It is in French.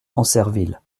ancerville